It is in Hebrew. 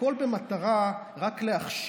הכול רק במטרה להכשיל,